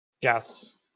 yes